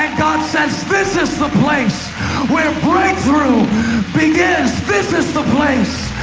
god says, this is the place where breakthrough begins. this is the place.